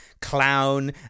clown